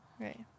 Right